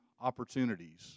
opportunities